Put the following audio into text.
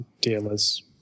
dealers